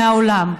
מהעולם.